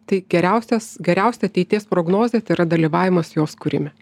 tai geriausias geriausia ateities prognozė tai yra dalyvavimas jos kūrime